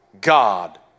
God